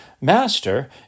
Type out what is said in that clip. Master